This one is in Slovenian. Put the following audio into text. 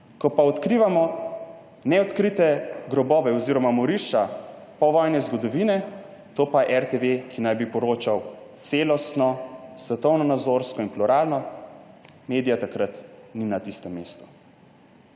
Ko pa odkrivamo neodkrite grobove oziroma morišča povojne zgodovine, takrat pa RTV, ki naj bi poročal celostno, svetovnonazorsko in pluralno, tega medija ni na tistem mestu.